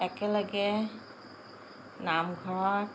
একেলগে নামঘৰত